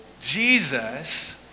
Jesus